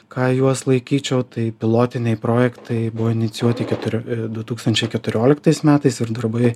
ką juos laikyčiau tai pilotiniai projektai buvo inicijuoti keturio du tūkstančiai keturioliktais metais ir darbai